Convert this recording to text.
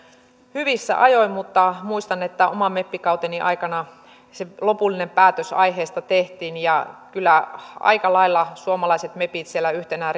hyvissä ajoin mutta muistan että oman meppikauteni aikana se lopullinen päätös aiheesta tehtiin ja kyllä suomalaiset mepit siellä aika lailla yhtenä